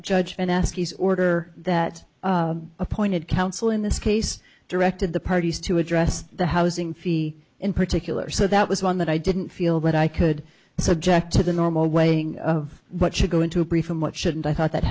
judge and ask his order that appointed counsel in this case directed the parties to address the housing fee in particular so that was one that i didn't feel that i could subject to the normal way of what should go into a brief and what shouldn't i thought that